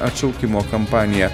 atšaukimo kampanija